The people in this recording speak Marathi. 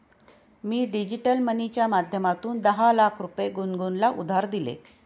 मी डिजिटल मनीच्या माध्यमातून दहा लाख रुपये गुनगुनला उधार दिले